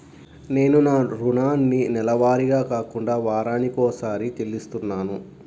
నేను నా రుణాన్ని నెలవారీగా కాకుండా వారానికోసారి చెల్లిస్తున్నాను